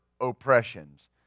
oppressions